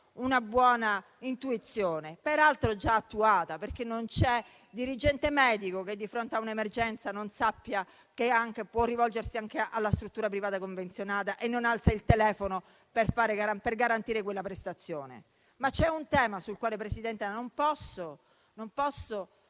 una buona intuizione, peraltro già attuata, perché non c'è dirigente medico che, di fronte a un'emergenza, non sappia di potersi rivolgere anche alla struttura privata convenzionata e non alzi il telefono per garantire quella prestazione. C'è però un tema sul quale non posso